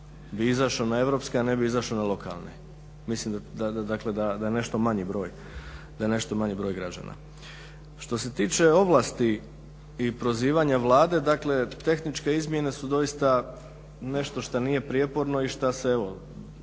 bi izašao na europske, a ne bi izašao na lokalne. Mislim da je dakle nešto manji broj građana. Što se tiče ovlasti i prozivanja Vlade, dakle tehničke izmjene su doista nešto što nije prijeporno i što se evo